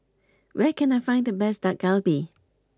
where can I find the best Dak Galbi